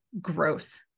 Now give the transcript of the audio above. gross